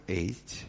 eight